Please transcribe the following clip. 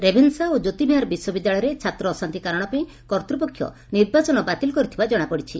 ରେଭେନ୍ୱା ଓ ଜ୍ୟୋତିବିହାର ବିଶ୍ୱବିଦ୍ୟାଳୟରେ ଛାତ୍ର ଅଶାନ୍ତି କାରଣ ପାଇଁ କର୍ଭ୍ରପକ୍ଷ ନିର୍ବାଚନ ବାତିଲ କରିଥିବା ଜଶାପଡ଼ିଛି